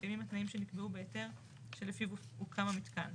מתקיימים התנאים שנקבעו בהיתר שלפיו הוקם המיתקן.